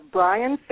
Brian